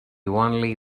only